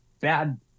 bad